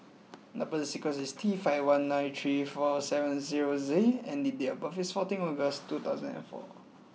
number sequence is T five one nine three four seven zero Z and date of birth is fourteen August two thousand and four